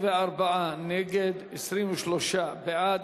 44 נגד, 23 בעד.